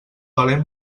valer